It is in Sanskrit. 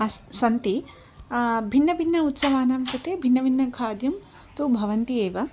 अस्ति सन्ति भिन्नभिन्नानाम् उत्सवानां कृते भिन्नभिन्नखाद्यानि तु भवन्ति एव